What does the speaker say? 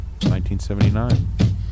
1979